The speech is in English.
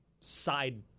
side